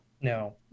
No